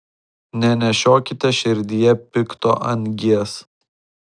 nenešiokite širdyje pikto angies